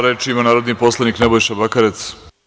Reč ima narodni poslanik Nebojša Bakarec.